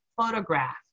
photograph